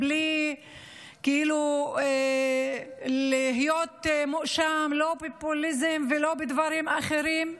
בלי כאילו להיות מואשם לא בפופוליזם ולא בדברים אחרים.